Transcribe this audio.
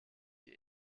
die